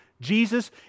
Jesus